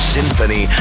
Symphony